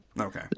okay